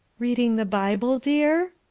reading the bible, dear?